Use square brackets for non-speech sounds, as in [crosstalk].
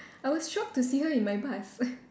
[breath] I was shocked to see her in my bus